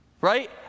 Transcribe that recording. Right